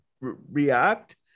react